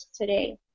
today